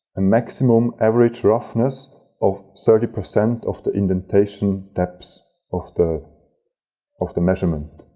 a maximum average roughness of thirty percent of the indentation depth of the of the measurement.